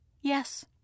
Yes